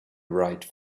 write